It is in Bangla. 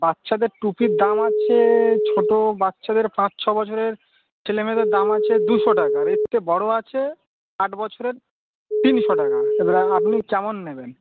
বাচ্চাদের টুপির দাম আছে ছোটো বাচ্চাদের পাঁচ ছ বছরের ছেলেমেয়েদের দাম আছে দুশো টাকা আর এর চেয়ে বড় আছে আট বছরের তিনশো টাকা এবারে আপনি কেমন নেবেন